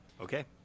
Okay